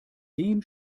dem